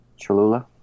Cholula